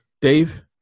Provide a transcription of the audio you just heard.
Dave